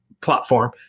platform